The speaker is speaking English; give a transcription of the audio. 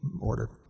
order